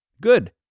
Good